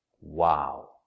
Wow